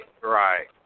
right